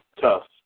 tough